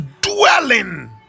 dwelling